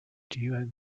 dewan